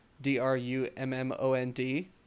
D-R-U-M-M-O-N-D